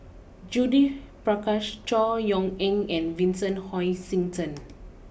Judith Prakash Chor Yeok Eng and Vincent Hoisington